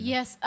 Yes